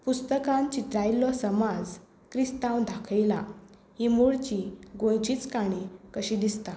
पुस्तकांत चित्रायिल्लो समाज क्रिस्तांव दाखयला ही मुळची गोंयचीच काणी कशी दिसता